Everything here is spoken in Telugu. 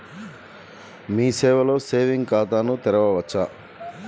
మీ సేవలో సేవింగ్స్ ఖాతాను తెరవవచ్చా?